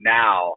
now